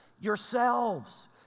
Yourselves